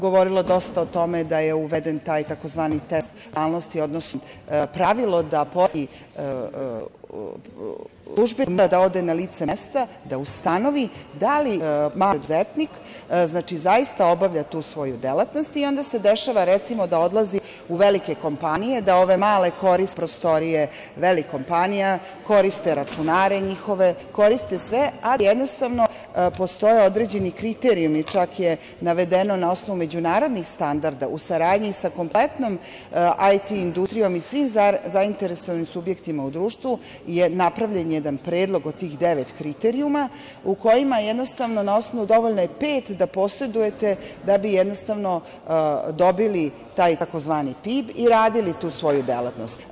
Govorilo se dosta o tome da je uveden taj tzv. test samostalnosti, odnosno pravilo da poreski službenik mora da ode na lice mesta da ustanovi da li mali preduzetnik zaista obavlja tu svoju delatnost i onda se dešava, recimo, da odlazi u velike kompanije, da ove male koriste prostorije velikih kompanija, koriste njihove računare, koriste sve, a da jednostavno postoje određeni kriterijumi, čak je navedeno na osnovu međunarodnih standarda, u saradnji sa kompletnom IT industrijom i svim zainteresovanim subjektima u društvu je napravljen jedan predlog od tih devet kriterijuma, u kojima, jednostavno, dovoljno je pet da posedujete da bi dobili taj tzv. PIB i radili tu svoju delatnost.